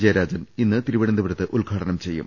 ജയരാജൻ ഇന്ന് തിരു വനന്തപുരത്ത് ഉദ്ഘാടനം ചെയ്യും